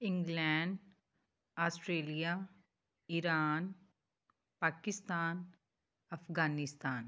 England Australia Iran Pakistan Afghanistan